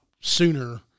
sooner